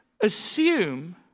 assume